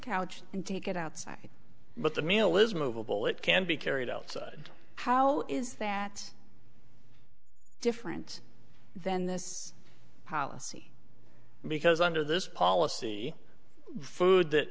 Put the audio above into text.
couch and take it outside but the meal is movable it can be carried outside how is that different than this policy because under this policy food that